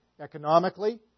economically